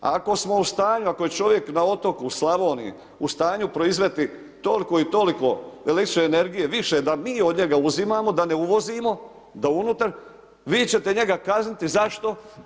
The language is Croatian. Ako smo u stanju, ako je čovjek na otoku u Slavoniji, u stanju proizvesti toliko i toliko el. energije više da mi od njega uzimamo, da ne uvozimo, da unutar, vi ćete njega kazniti, zašto?